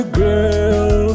girl